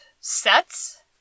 sets